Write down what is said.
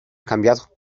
cambiado